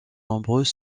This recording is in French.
nombreux